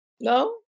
No